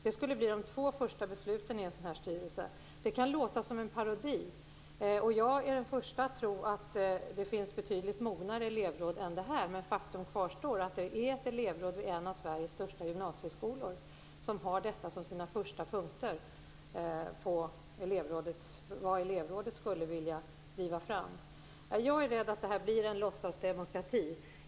Det skulle bli de två första besluten i en sådan styrelse. Det kan låta som en parodi, och jag är den första att tro att det finns betydligt mognare elevråd än det här, men faktum kvarstår. Det är ett elevråd vid en av Sveriges största gymnasieskolor som har detta som de första punkter de skulle vilja driva fram. Jag är rädd för att detta blir en låtsasdemokrati.